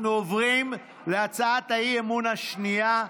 אנחנו עוברים להצעת האי-אמון השנייה,